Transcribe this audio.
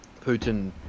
putin